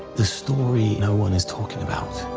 the story no one is talking about.